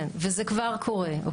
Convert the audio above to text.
כן, וזה כבר קורה.